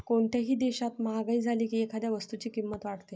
कोणत्याही देशात महागाई झाली की एखाद्या वस्तूची किंमत वाढते